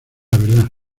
verdad